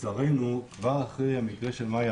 לצערנו כבר אחרי המקרה של מאיה,